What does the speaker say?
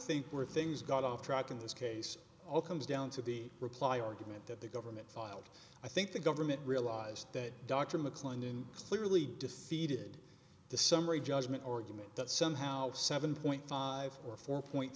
think were things got off track in this case all comes down to the reply argument that the government filed i think the government realized that dr mclendon clearly defeated the summary judgment or gimme that somehow seven point five or four point